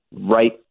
right